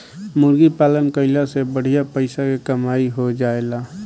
मुर्गी पालन कईला से बढ़िया पइसा के कमाई हो जाएला